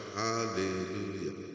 hallelujah